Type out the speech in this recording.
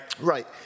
Right